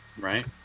Right